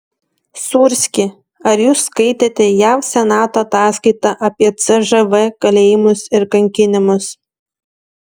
sūrski ar jūs skaitėte jav senato ataskaitą apie cžv kalėjimus ir kankinimus